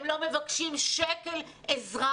הם לא מבקשים שקל לעזרה,